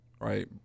right